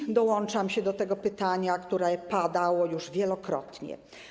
I dołączam się do tego pytania, które padało już wielokrotnie.